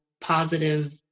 positive